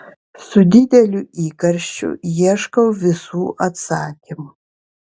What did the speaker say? su dideliu įkarščiu ieškau visų atsakymų